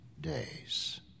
days